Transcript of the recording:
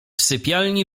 sypialni